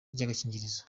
ry’agakingirizo